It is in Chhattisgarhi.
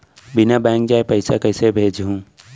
बिना बैंक जाए पइसा कइसे भेजहूँ?